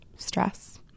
stress